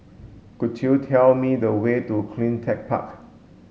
could you tell me the way to CleanTech Park